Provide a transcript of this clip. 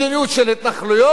מדיניות של התנחלויות,